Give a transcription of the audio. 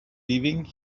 leaving